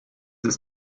ist